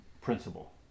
principle